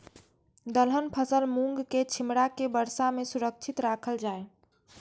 दलहन फसल मूँग के छिमरा के वर्षा में सुरक्षित राखल जाय?